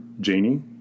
Janie